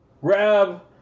grab